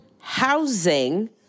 housing